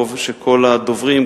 טוב שכל הדוברים,